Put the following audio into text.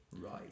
right